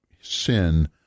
sin